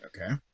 Okay